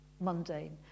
mundane